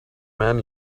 man